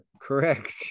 correct